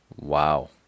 Wow